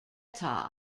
todd